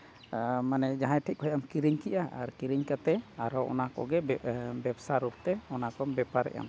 ᱢᱟᱱᱮ ᱡᱟᱦᱟᱸᱭ ᱴᱷᱮᱡ ᱠᱷᱚᱡ ᱮᱢ ᱠᱤᱨᱤᱧ ᱠᱮᱜᱼᱟ ᱠᱤᱨᱤᱧ ᱠᱟᱛᱮ ᱟᱨᱦᱚᱸ ᱚᱱᱟ ᱠᱚᱜᱮ ᱵᱮᱵᱽᱥᱟ ᱨᱩᱯᱛᱮ ᱚᱱᱟ ᱠᱚᱢ ᱵᱮᱯᱟᱨᱮᱜᱼᱟ